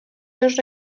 dos